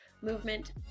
movement